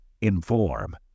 inform